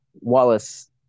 wallace